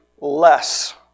less